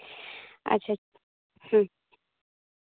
ᱟᱪᱪᱷᱟ ᱦᱮᱸ